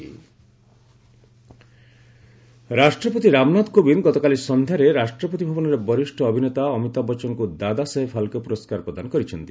Dadasaheb Phalke award ରାଷ୍ଟ୍ରପତି ରାମନାଥ କୋବିନ୍ଦ ଗତକାଲି ସନ୍ଧ୍ୟାରେ ରାଷ୍ଟ୍ରପତି ଭବନରେ ବରିଷ୍ଠ ଅଭିନେତା ଅମିତାଭ ବଚ୍ଚନଙ୍କୁ ଦାଦାସାହେବ ଫାଲ୍କେ ପୁରସ୍କାର ପ୍ରଦାନ କରିଛନ୍ତି